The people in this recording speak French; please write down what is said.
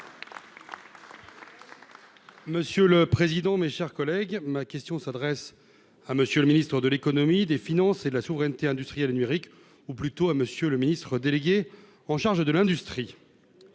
Monsieur le président, mes chers collègues, ma question s'adresse à Monsieur le Ministre de l'Économie, des finances et de la souveraineté industrielle et numérique ou plutôt à monsieur le Ministre délégué en charge de l'industrie,